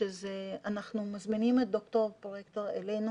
אנחנו מזמינים את דוקטור פרואקטור אלינו